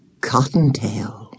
Cottontail